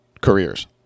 careers